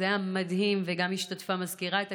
זה היה מדהים, גם השתתפה מזכירת הכנסת,